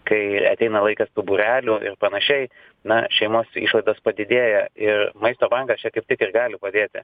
kai ateina laikas tų būrelių ir panašiai na šeimos išlaidos padidėja ir maisto bankas čia kaip tik ir gali padėti